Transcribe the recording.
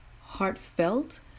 heartfelt